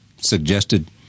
suggested